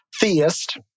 theist